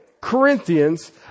Corinthians